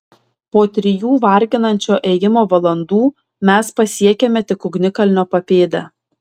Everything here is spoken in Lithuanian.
po trijų varginančio ėjimo valandų mes pasiekėme tik ugnikalnio papėdę